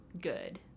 good